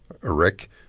Rick